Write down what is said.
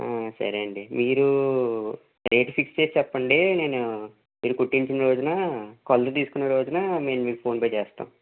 సరే అండి మీరు డేట్ ఫిక్స్ చేసి చెప్పండి నేను మీరు కుట్టించిన రోజున కొలతలు తీసుకున్న రోజున నేను మీకు ఫోన్పే చేస్తాను